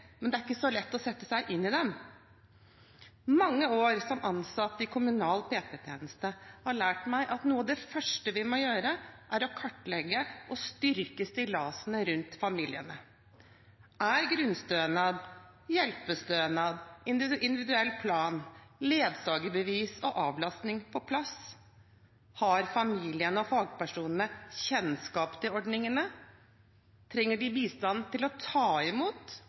men det er ikke så lett å sette seg inn i dem. Mange år som ansatt i kommunal PPT-tjeneste har lært meg at noe av det første vi må gjøre, er å kartlegge og styrke stillasene rundt familiene. Er grunnstønad, hjelpestønad, individuell plan. ledsagerbevis og avlastning på plass? Har familiene og fagpersonene kjennskap til ordningene? Trenger de bistand til å ta imot